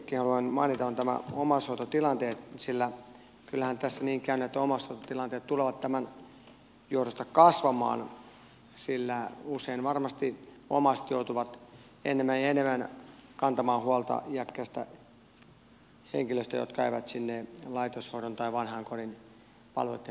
se on nämä omaishoitotilanteet sillä kyllähän tässä niin käy että omaishoitotilanteet tulevat tämän johdosta kasvamaan sillä usein varmasti omaiset joutuvat enemmän ja enemmän kantamaan huolta iäkkäistä henkilöistä jotka eivät sinne laitoshoidon tai vanhainkodin palveluitten piiriin enää pääse